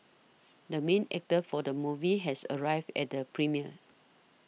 the main actor for the movie has arrived at the premiere